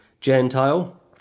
Gentile